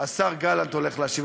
השר גלנט הולך להשיב.